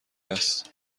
است